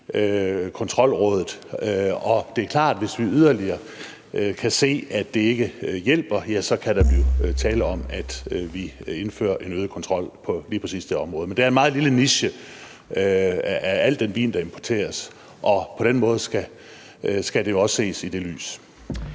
kontrolrådet. Det er klart, at hvis vi yderligere kan se, at det ikke hjælper, kan der blive tale om, at vi indfører en øget kontrol på lige præcis det område. Men det er en meget lille niche af al den vin, der importeres, og på den måde skal det jo også ses i det lys.